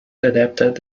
adapted